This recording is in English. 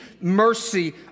mercy